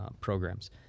programs